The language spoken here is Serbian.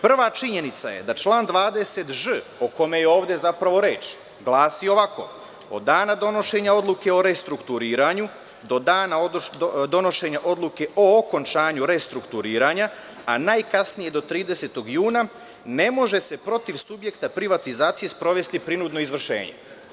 Prva činjenica je da član 20ž, o kome je ovde zapravo reč, glasi ovako – od dana donošenja odluke o restrukturiranju do dana donošenja odluke o okončanju restrukturiranja, a najkasnije do 30. juna ne može se protiv subjekta privatizacije sprovesti prinudno izvršenje.